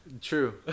true